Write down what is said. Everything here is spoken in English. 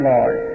Lord